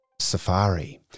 Safari